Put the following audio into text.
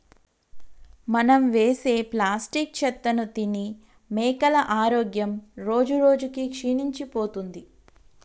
మనం వేసే ప్లాస్టిక్ చెత్తను తిని మేకల ఆరోగ్యం రోజురోజుకి క్షీణించిపోతుంది